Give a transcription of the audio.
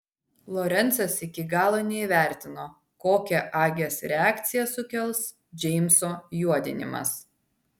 lorencas iki galo neįvertino kokią agės reakciją sukels džeimso juodinimas